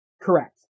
Correct